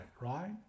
right